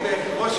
רובי,